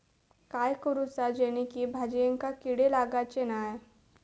काय करूचा जेणेकी भाजायेंका किडे लागाचे नाय?